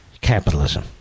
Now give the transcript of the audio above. capitalism